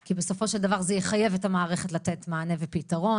כי בסופו של דבר זה יחייב את המערכת לתת מענה ופתרון,